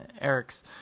Eric's